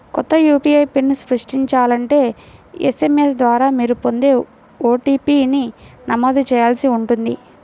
కొత్త యూ.పీ.ఐ పిన్ని సృష్టించాలంటే ఎస్.ఎం.ఎస్ ద్వారా మీరు పొందే ఓ.టీ.పీ ని నమోదు చేయాల్సి ఉంటుంది